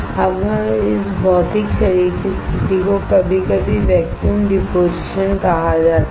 अब इस भौतिक शरीर की स्थिति को कभी कभी वैक्यूम डिपोजिशन कहा जाता है